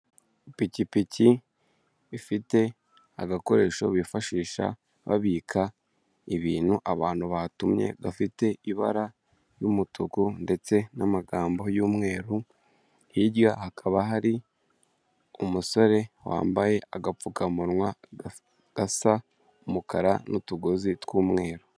Ipikipiki ifite agakoresho bifashisha babika ibintu abantu batumye, gafite ibara ry'umutuku ndetse n'amagambo y'umweru, hirya hakaba hari umusore wambaye agapfukamunwa gasa umukara n'utugozi tw'umweru.